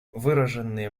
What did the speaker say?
выраженные